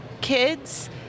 kids